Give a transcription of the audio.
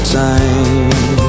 time